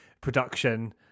production